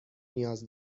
نیاز